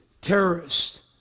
terrorist